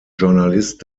journalist